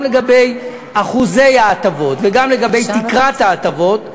גם אחוזי ההטבות וגם תקרת ההטבות,